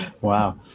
Wow